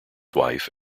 wife